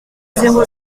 zéro